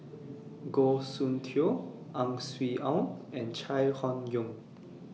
Goh Soon Tioe Ang Swee Aun and Chai Hon Yoong